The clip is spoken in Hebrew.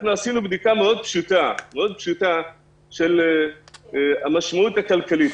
עשינו בדיקה פשוטה מאוד של המשמעות הכלכלית.